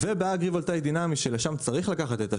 ובאגרי-וולטאי דינמי שלשם צריך לקחת את השוק,